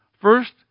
first